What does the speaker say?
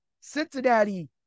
Cincinnati